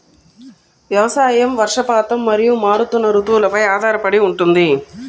వ్యవసాయం వర్షపాతం మరియు మారుతున్న రుతువులపై ఆధారపడి ఉంటుంది